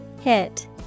Hit